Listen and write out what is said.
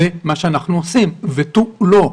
זה מה שאנחנו עושים ותו לא.